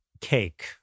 cake